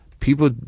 People